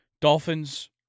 Dolphins